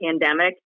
pandemic